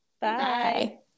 Bye